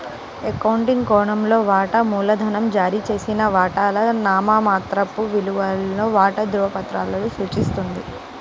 accounting కోణంలో, వాటా మూలధనం జారీ చేసిన వాటాల నామమాత్రపు విలువను వాటా ధృవపత్రాలలో సూచిస్తుంది